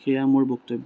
সেয়া মোৰ বক্তব্য